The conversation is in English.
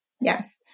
Yes